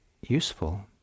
useful